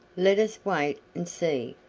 let us wait and see,